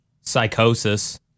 psychosis